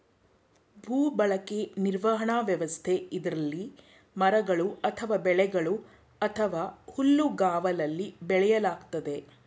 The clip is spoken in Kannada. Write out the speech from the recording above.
ಭೂಬಳಕೆ ನಿರ್ವಹಣಾ ವ್ಯವಸ್ಥೆ ಇದ್ರಲ್ಲಿ ಮರಗಳು ಅಥವಾ ಬೆಳೆಗಳು ಅಥವಾ ಹುಲ್ಲುಗಾವಲಲ್ಲಿ ಬೆಳೆಯಲಾಗ್ತದೆ